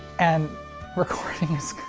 and recordings